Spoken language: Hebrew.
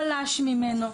חלש ממנו,